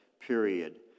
period